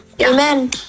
Amen